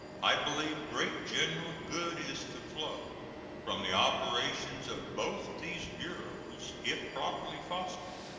i believe great general good is to flow from the operations of both these bureaus if properly fostered.